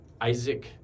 isaac